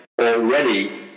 Already